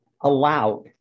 allowed